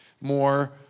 more